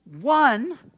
one